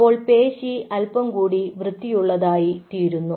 അപ്പോൾ പേശി അല്പം കൂടി വൃത്തിയുള്ളതായിത്തീരുന്നു